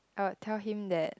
I will tell him that